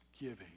giving